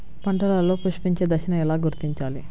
పంటలలో పుష్పించే దశను ఎలా గుర్తించాలి?